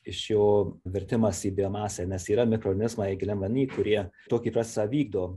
iš jo virtimas į biomasę nes yra mikronizmai giliam vany kurie tokį procesą vykdo